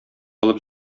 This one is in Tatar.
алып